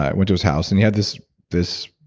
i went to his house, and he had this this